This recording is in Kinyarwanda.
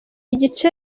igice